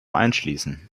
einschließen